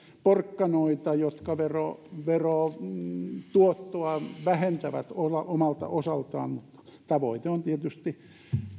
porkkanoita jotka verotuottoa vähentävät omalta osaltaan mutta tavoite on tietysti